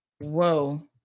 Whoa